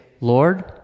Lord